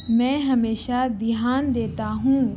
میں ہمیشہ دھیان دیتا ہوں